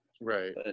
Right